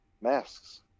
masks